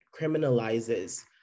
criminalizes